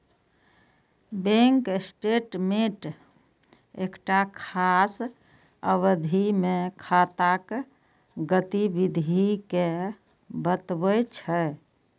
bank statement एकटा खास अवधि मे खाताक गतिविधि कें बतबै छै